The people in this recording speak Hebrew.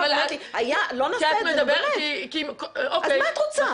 מה את רוצה?